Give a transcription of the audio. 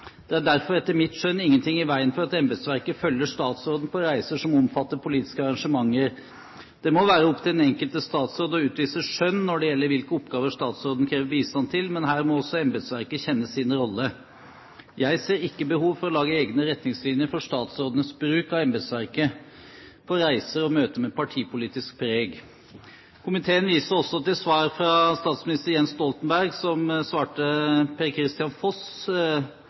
«Det er derfor, etter mitt skjønn, ingen ting i veien for at embetsverket følger statsråden på reiser som omfatter politiske arrangementer. Det må være opp til den enkelte statsråd å utvise skjønn når det gjelder hvilke oppgaver statsråden krever bistand til, men her må også embetsverket kjenne sin rolle. Jeg ser ikke behov for å lage egne retningslinjer for statsrådenes bruk av embetsverket på reiser og møter med partipolitisk preg.» Komiteen viser også til svar fra statsminister Jens Stoltenberg til Per-Kristian Foss